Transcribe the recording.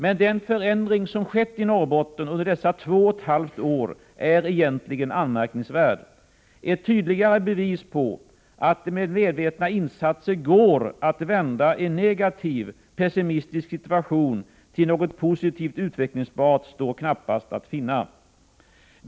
Den förändring som skett i Norrbotten under dessa 2,5 år är egentligen anmärkningsvärd. Ett tydligare bevis på att det med medvetna insatser går att vända en negativ pessimistisk situation till något positivt utvecklingsbart står knappast att finna.